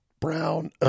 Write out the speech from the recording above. brown